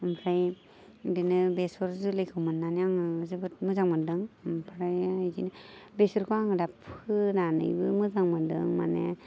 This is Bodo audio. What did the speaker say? ओमफ्राय बिदिनो बेसर जोलैखौ मोननानै आङो जोबोद मोजां मोन्दों ओमफ्राय आं बिदिनो बेसरखौ आङो दा फोनानैबो मोजां मोन्दों माने